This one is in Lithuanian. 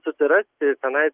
susirasti tenais